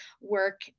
work